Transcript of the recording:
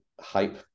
hype